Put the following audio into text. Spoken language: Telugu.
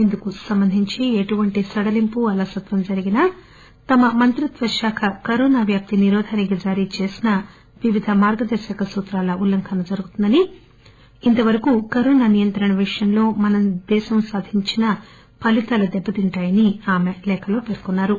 ఇందుకు సంబంధించి ఎటువంటి సడలింపు అలసత్వం జరిగినా తమ మంత్రిత్వశాఖ కరోనా వ్యాప్తి నిరోధానికి జారీ చేసిన వివిధ మార్గదర్శక సూత్రాల ఉల్లంఘన జరుగుతుందని ఇంతవరకూ కరోనా నియంత్రణ విషయంలో మన దేశం సాధించిన ఉపు ప్రయోజనాలు దెబ్బతింటాయని ఆమె లేఖలో పేర్కొన్నారు